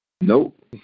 Nope